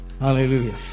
Hallelujah